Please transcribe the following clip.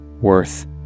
worth